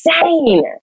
insane